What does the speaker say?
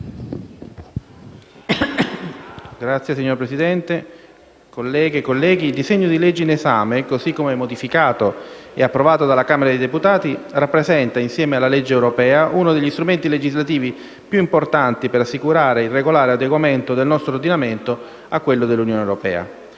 Signora Presidente, colleghe e colleghi, il disegno di legge in esame, così come modificato e approvato dalla Camera dei deputati, rappresenta, insieme alla legge europea, uno degli strumenti legislativi più importanti per assicurare il regolare adeguamento del nostro ordinamento a quello dell'Unione europea.